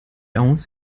aus